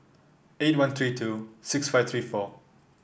eight one three two six five three four